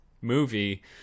movie